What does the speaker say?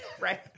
Right